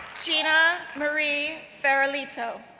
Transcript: gina marie ferolito,